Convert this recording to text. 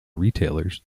retailers